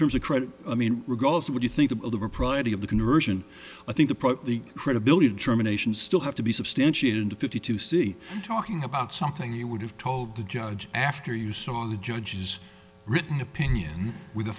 terms of credit i mean regardless of what you think of the propriety of the conversion i think the probe the credibility determination still have to be substantiated to fifty to see talking about something you would have told the judge after you saw the judge's written opinion with a